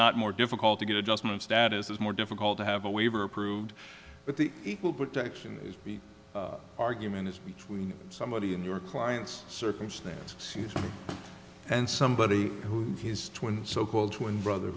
not more difficult to get adjustment status is more difficult to have a waiver approved but the equal protection argument is between somebody in your client's circumstances and somebody who has twins so called twin brother